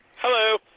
Hello